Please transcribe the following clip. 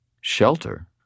Shelter